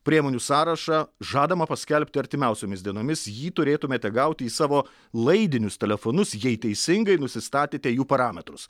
priemonių sąrašą žadama paskelbti artimiausiomis dienomis jį turėtumėte gauti į savo laidinius telefonus jei teisingai nusistatėte jų parametrus